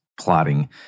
plotting